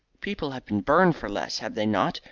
people have been burned for less, have they not?